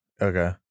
okay